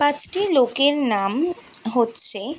পাঁচটি লোকের নাম হচ্ছে